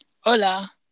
Hola